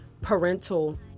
parental